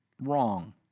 Wrong